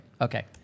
Okay